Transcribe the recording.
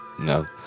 No